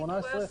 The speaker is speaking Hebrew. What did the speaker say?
2018,